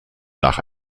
nach